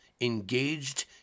engaged